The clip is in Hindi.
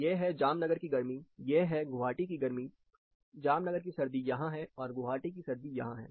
यह है जामनगर की गर्मी यह है गुवाहाटी की गर्मी जामनगर की सर्दी यहां है और गुवाहाटी की सर्दी यहां है